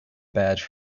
badge